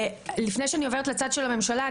לפני שאני עוברת לצד של הממשלה,